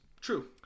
True